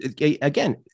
again